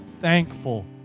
thankful